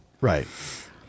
right